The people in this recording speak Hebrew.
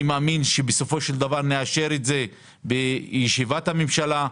אני מאמין שבסופו של דבר נאשר את זה בישיבת הממשלה.